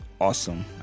awesome